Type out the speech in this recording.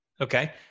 Okay